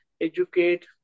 educate